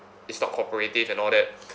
is not cooperative and all that